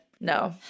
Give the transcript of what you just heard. No